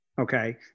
okay